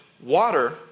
water